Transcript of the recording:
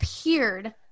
appeared